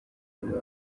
umubiri